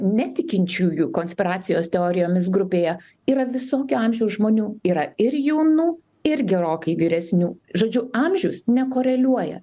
netikinčiųjų konspiracijos teorijomis grupėje yra visokio amžiaus žmonių yra ir jaunų ir gerokai vyresnių žodžiu amžius nekoreliuoja